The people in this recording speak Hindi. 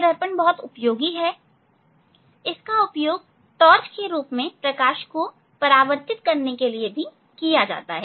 दर्पण यह दर्पण उपयोगी है इसका उपयोग टॉर्च के रूप में प्रकाश को परावर्तित करने के लिए किया जाता है